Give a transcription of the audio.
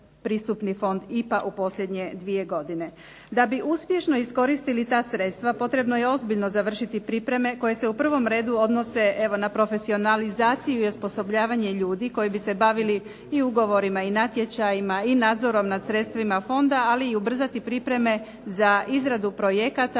pristupni Fond IPA u posljednje dvije godine. Da bi uspješno iskoristili ta sredstva potrebno je ozbiljno završiti pripreme koje se u prvom redu odnose na profesionalizaciju i osposobljavanje ljudi koji bi se bavili i ugovorima i natječajima i nadzorima nad sredstvima fonda ali i ubrzati pripreme za izradu projekata